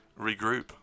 regroup